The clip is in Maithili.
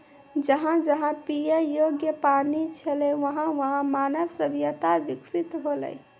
जहां जहां पियै योग्य पानी छलै वहां वहां मानव सभ्यता बिकसित हौलै